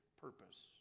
purpose